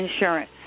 insurance